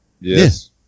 Yes